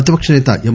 ప్రతిపక్ష నేత ఎం